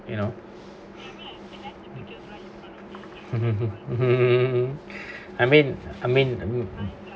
you know mmhmm I mean I mean